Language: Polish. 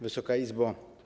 Wysoka Izbo!